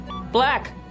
Black